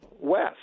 west